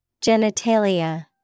Genitalia